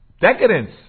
decadence